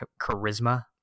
charisma